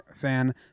fan